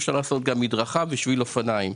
אפשר לעשות גם מדרכה ושביל אופניים.